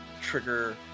trigger